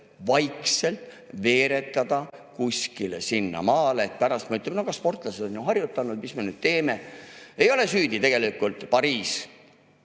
vaikselt veeretada kuskile sinnamaale, et pärast me ütleme, et no aga sportlased on ju harjutanud, mis me nüüd siis teeme. Ei ole süüdi tegelikult Pariis,